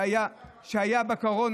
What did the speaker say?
כשהיו בקורונה,